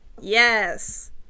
Yes